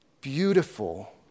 beautiful